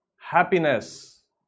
happiness